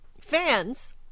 fans